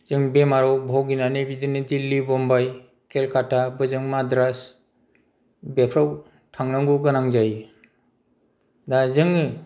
जों बेमाराव भुगिनानै बिदिनो दिल्ली बम्बाई केलखाता बोजों माद्रास बेफोराव थांनांगौ गोनां जायो दा जोङो